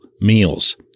meals